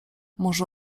może